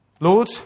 Lord